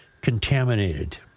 contaminated